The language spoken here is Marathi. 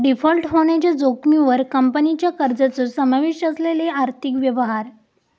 डिफॉल्ट होण्याच्या जोखमीवर कंपनीच्या कर्जाचो समावेश असलेले आर्थिक व्यवहार